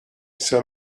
set